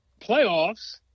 playoffs